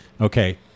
Okay